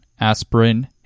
aspirin